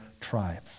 tribes